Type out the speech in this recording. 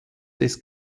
des